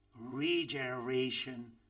regeneration